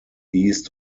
east